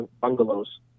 bungalows